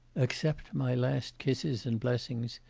accept my last kisses and blessings,